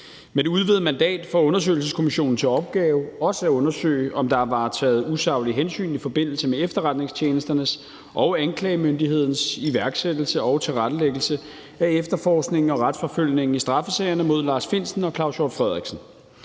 Med det udvidede mandat får undersøgelseskommissionen til opgave også at undersøge, om der er varetaget usaglige hensyn i forbindelse med efterretningstjenesternes og anklagemyndighedens iværksættelse og tilrettelæggelse af efterforskningen og retsforfølgningen i straffesagerne mod Lars Findsen og Claus Hjort Frederiksen.